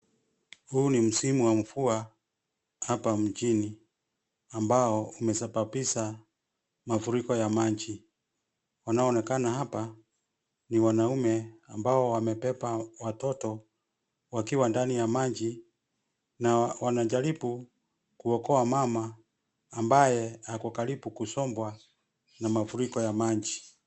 Huu ni msimu wa mvua hapa mjini ambao umesababisha mafuriko ya maji, wanaonekana hapa ni wanaume ambao wamebeba watoto wakiwa ndani ya maji na wanajaribu kuokoa mama ambaye ako karibu kusombwa na mafuriko ya maji.